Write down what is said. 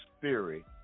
theory